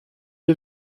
que